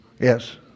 yes